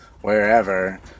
wherever